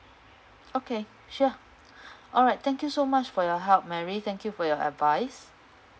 okay sure alright thank you so much for your help mary thank you for your advice